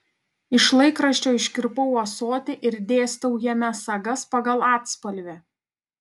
iš laikraščio iškirpau ąsotį ir dėstau jame sagas pagal atspalvį